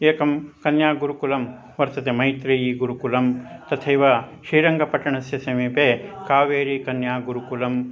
एकं कन्यागुरुकुलं वर्तते मैत्रीयीगुरुकुलं तथैव श्रीरङ्गपट्टणस्य समीपे कावेरी कन्यागुरुकुलं